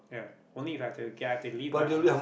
ya only If I have to okay I have to leave my house